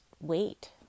wait